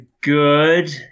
good